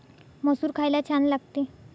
मसूर खायला छान लागते